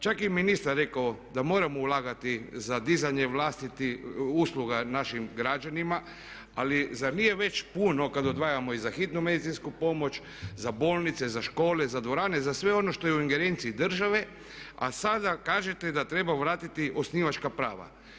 Čak je i ministar rekao da moramo ulagati za dizanje vlastitih usluga našim građanima, ali zar nije već puno kad odvajamo i za hitnu medicinsku pomoć, za bolnice, za škole, za dvorane, za sve ono što je u ingerenciji države, a sada kažete da treba vratiti osnivačka prava.